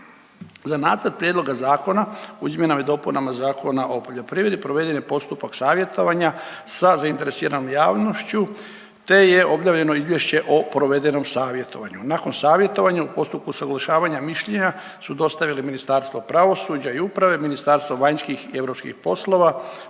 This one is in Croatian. Za Nacrt prijedloga zakona o izmjenama i dopunama Zakona o poljoprivredi proveden je postupak savjetovanja sa zainteresiranom javnošću, te je objavljeno izvješće o provedenom savjetovanju. Nakon savjetovanja u postupku usuglašavanja mišljenja su dostavili Ministarstvo pravosuđa i uprave, Ministarstvo vanjskih i europskih poslova,